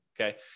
okay